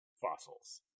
fossils